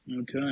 Okay